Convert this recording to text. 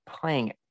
playing